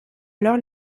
alors